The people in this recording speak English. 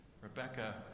Rebecca